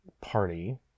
party